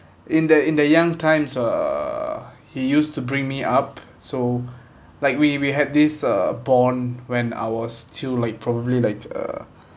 in the in the young times uh he used to bring me up so like we we had this uh bond when I was still probably like a